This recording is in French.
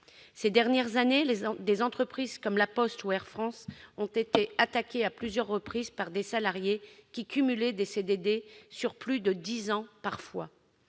Ces dernières années, des entreprises comme La Poste ou Air France ont été attaquées à plusieurs reprises par des salariés qui cumulaient des CDD, parfois depuis plus